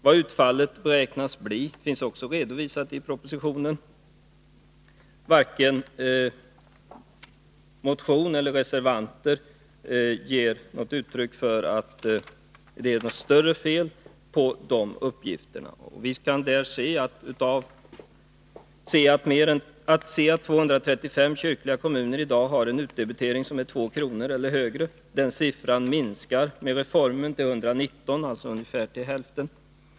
Vad utfallet beräknas bli finns också redovisat. Varken motionärer eller reservanter ger uttryck för att det är något större fel på dessa uppgifter. Av redovisningen framgår att 235 kyrkliga kommuner i dag har en utdebitering som är 2 kr. eller högre. Den siffran minskar med reformen till 119, alltså till ungefär hälften.